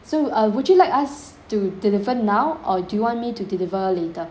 so uh would you like us to deliver now or do you want me to deliver later